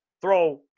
throw